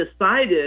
decided